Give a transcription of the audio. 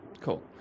Cool